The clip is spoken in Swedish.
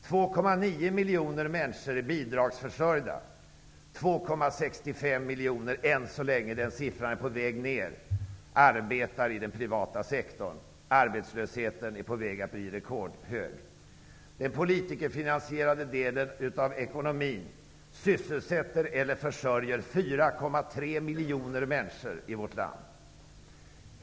2,9 miljoner människor är bidragsförsörjda. Än så länge är det 2,65 miljoner som arbetar i den privata sektorn, men det antalet är på väg nedåt. Arbetslösheten är på väg att bli rekordhög. Den politikerfinansierade delen av ekonomin sysselsätter eller försörjer 4,3 miljoner människor i vårt land.